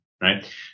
Right